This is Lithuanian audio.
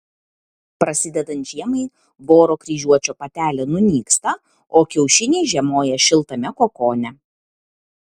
prasidedant žiemai voro kryžiuočio patelė nunyksta o kiaušiniai žiemoja šiltame kokone